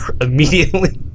immediately